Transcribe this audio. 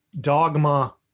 dogma